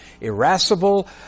irascible